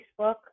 Facebook